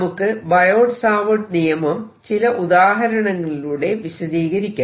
നമുക്ക് Biot Savart നിയമം ചില ഉദാഹരണങ്ങളിലൂടെ വിശദീകരിക്കാം